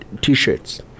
t-shirts